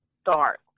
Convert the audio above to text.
start